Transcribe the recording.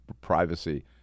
privacy